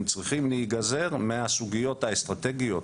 הם צריכים להיגזר מהסוגיות האסטרטגיות,